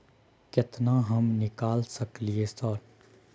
केतना हम निकाल सकलियै सर?